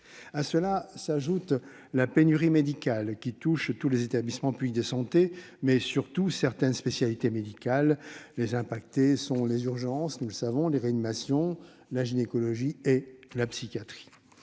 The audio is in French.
À cela s'ajoute la pénurie médicale, qui touche tous les établissements publics de santé, mais surtout certaines spécialités, dont les plus concernées sont les urgences, la réanimation, la gynécologie et la psychiatrie.